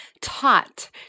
taught